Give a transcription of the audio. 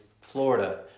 Florida